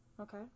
Okay